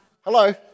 Hello